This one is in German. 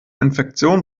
infektionen